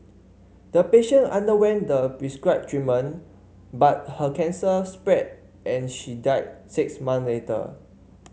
the patient underwent the prescribed treatment but her cancer spread and she died six month later